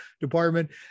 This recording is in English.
department